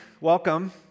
welcome